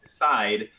decide